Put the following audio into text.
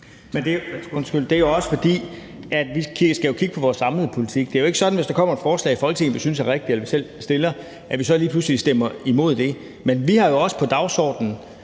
Det er jo, fordi man skal kigge på vores samlede politik. Det er jo ikke sådan, at vi, hvis der kommer et forslag i Folketinget, som vi synes er rigtigt, eller som vi selv har fremsat, så lige pludselig stemmer imod det. Men vi har jo også på dagsordenen